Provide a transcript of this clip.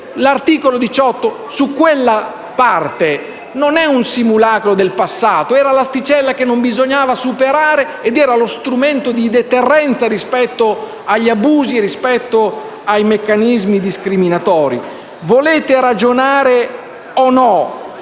L'articolo 18 su quella parte non è un simulacro del passato, era l'asticella che non bisognava superare, lo strumento di deterrenza rispetto agli abusi e ai meccanismi discriminatori. Volete ragionare o no